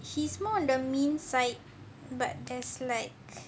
he's more on the mean side but there's like